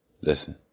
Listen